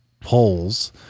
polls